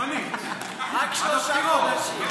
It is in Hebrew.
זמנית, עד הבחירות.